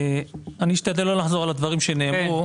אני אשתדל לא לחזור על הדברים שנאמרו.